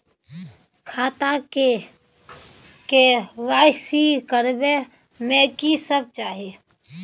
खाता के के.वाई.सी करबै में की सब चाही?